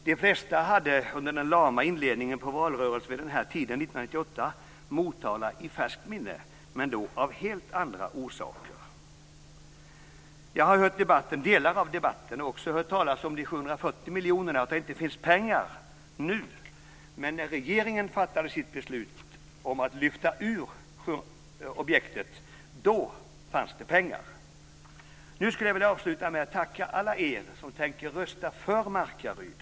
De flesta hade, under den lama inledningen på valrörelsen vid denna tid 1998, Motala i färskt minne, men då av helt andra orsaker. Jag har hört delar av debatten, och jag har också hört talas om de 740 miljonerna och att det inte finns pengar nu. Men när regeringen fattade sitt beslut om att lyfta ur objektet fanns det pengar. Nu skulle jag vilja avsluta med att tacka alla er som tänker rösta för Markaryd.